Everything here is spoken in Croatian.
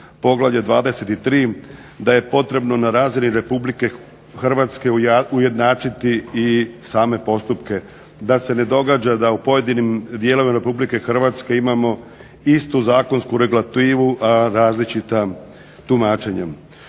poglavlje 23, da je potrebno na razini Republike Hrvatske ujednačiti i same postupke da se ne događa da u pojedinim dijelovima Republike Hrvatske imamo istu zakonsku regulativu, a različita tumačenja.